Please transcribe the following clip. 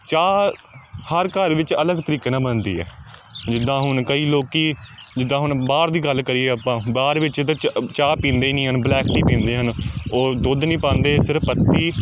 ਚਾਹ ਹਰ ਘਰ ਵਿੱਚ ਅਲੱਗ ਤਰੀਕੇ ਨਾਲ ਬਣਦੀ ਹੈ ਜਿੱਦਾਂ ਹੁਣ ਕਈ ਲੋਕ ਜਿੱਦਾਂ ਹੁਣ ਬਾਹਰ ਦੀ ਗੱਲ ਕਰੀਏ ਆਪਾਂ ਬਾਹਰ ਵਿੱਚ ਚਾ ਚਾਹ ਪੀਂਦੇ ਹੀ ਨਹੀਂ ਹਨ ਬਲੈਕ ਟੀ ਪੀਂਦੇ ਹਨ ਉਹ ਦੁੱਧ ਨਹੀਂ ਪਾਉਂਦੇ ਸਿਰਫ਼ ਪੱਤੀ